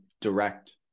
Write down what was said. direct